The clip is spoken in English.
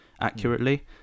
accurately